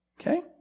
Okay